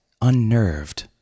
unnerved